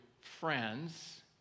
friends